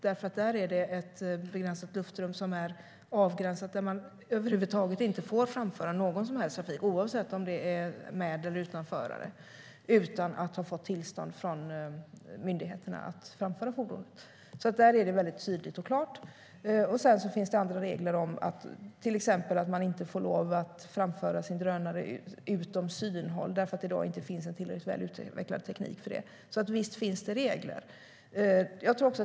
Det är fråga om ett avgränsat luftrum där man inte får framföra någon som helst farkost, oavsett om det är med eller utan förare, utan att ha fått tillstånd från myndigheterna. Det är tydligt och klart. Sedan finns andra regler om att inte framföra en drönare utom synhåll eftersom det i dag inte finns en tillräckligt välutvecklad teknik för det. Visst finns det regler.